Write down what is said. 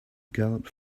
galloped